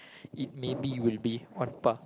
it may be will be on par